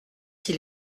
s’il